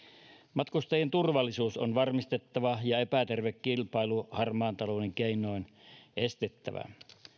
matkustajien turvallisuus on varmistettava ja epäterve kilpailu harmaan talouden keinoin estettävä